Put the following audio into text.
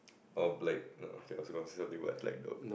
oh like no I was gonna saying but like